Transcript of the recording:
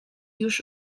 już